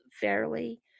fairly